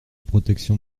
protection